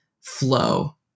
flow